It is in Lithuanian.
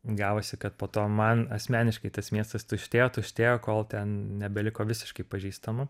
gavosi kad po to man asmeniškai tas miestas tuštėjo tuštėjo kol ten nebeliko visiškai pažįstamų